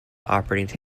operating